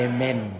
Amen